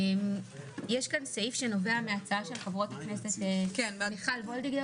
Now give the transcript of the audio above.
יש כאן סעיף שנובע מההצעות של חברות הכנסת מיכל וולדיגר ואורית סטרוק.